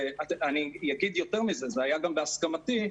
אני אגיד יותר מזה, זה היה גם בהסכמתי.